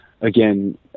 Again